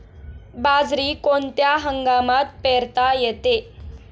बाजरी कोणत्या हंगामात पेरता येते?